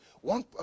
One